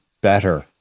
better